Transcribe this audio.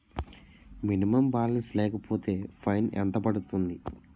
Minimum balance లేకపోతే fine ఎంత పడుతుంది?